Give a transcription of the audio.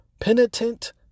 penitent